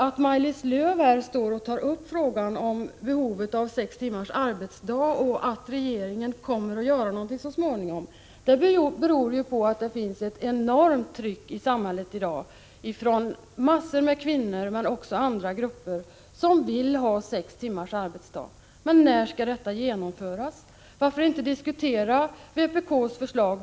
Att Maj-Lis Lööw här tar upp frågan om behovet av sex timmars arbetsdag och att regeringen så småningom kommer att göra någonting beror ju på att det i samhället i dag finns ett enormt tryck från massor av kvinnor men också från andra grupper som vill ha sex timmars arbetsdag. Men när skall detta genomföras? Varför inte diskutera vpk:s förslag?